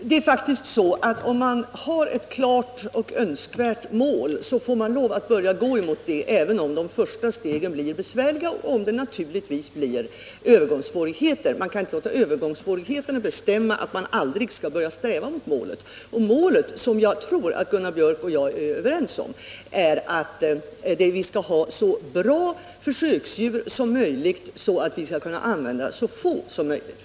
Herr talman! Om man har ett klart och önskat mål får man faktiskt lov att börja gå emot det, även om de första stegen blir besvärliga och det blir övergångssvårigheter. Man kan inte låta övergångssvårigheterna bestämma att man aldrig skall börja sträva mot ett mål. Och målet — som jag tror att Gunnar Biörck i Värmdö och jag är överens om =— är att vi skall ha så bra försöksdjur som möjligt så att vi skall kunna använda så få som möjligt.